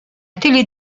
télé